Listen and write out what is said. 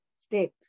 state